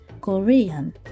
Korean